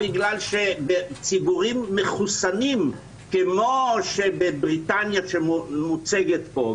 כי בציבורים מחוסנים כמו שבבריטניה שמוצגת פה,